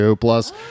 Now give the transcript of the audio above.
Plus